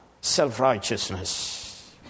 self-righteousness